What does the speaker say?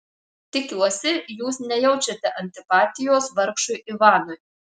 tikiuosi jūs nejaučiate antipatijos vargšui ivanui